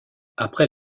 après